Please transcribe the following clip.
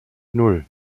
nan